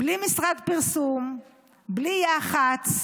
בלי משרד פרסום, בלי יח"צ,